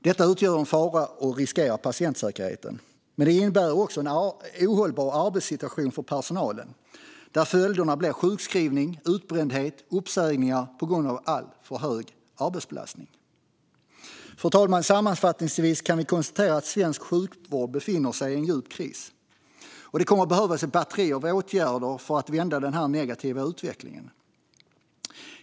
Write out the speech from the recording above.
Detta utgör en fara och riskerar patientsäkerheten, men det innebär också en ohållbar arbetssituation för personalen med följder som sjukskrivning, utbrändhet och uppsägningar på grund av allt för hög arbetsbelastning. Fru talman! Sammanfattningsvis kan vi konstatera att svensk sjukvård befinner sig i en djup kris, och det kommer att behövas ett batteri av åtgärder för att vända den här negativa utvecklingen.